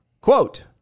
Quote